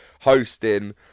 hosting